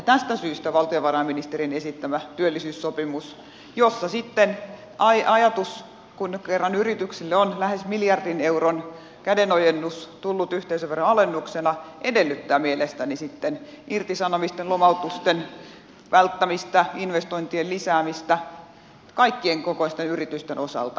tästä syystä valtiovarainministerin esittämän työllisyyssopimuksen ajatus kun kerran yrityksille on lähes miljardin euron kädenojennus tullut yhteisöveron alennuksena edellyttää mielestäni sitten irtisanomisten lomautusten välttämistä investointien lisäämistä kaikenkokoisten yritysten osalta